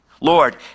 Lord